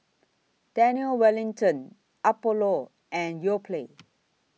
Daniel Wellington Apollo and Yoplait